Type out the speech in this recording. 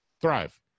thrive